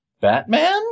Batman